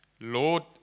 Lord